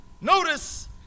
notice